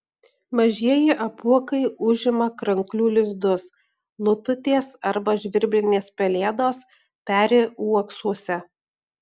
mažieji apuokai užima kranklių lizdus lututės arba žvirblinės pelėdos peri uoksuose